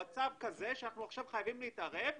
המצב כזה שאנחנו עכשיו חייבים להתערב.